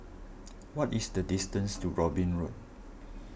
what is the distance to Robin Road